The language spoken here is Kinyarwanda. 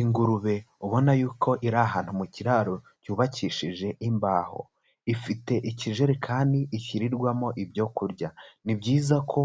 Ingurube ubona y'uko iri ahantu mu kiraro cyubakishije imbaho, ifite ikijerekani ishyirirwamo ibyo kurya, ni byiza ko